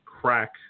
crack